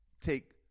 take